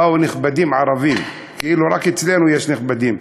באו נכבדים ערבים, כאילו רק אצלנו יש נכבדים.